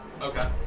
Okay